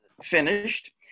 finished